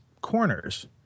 corners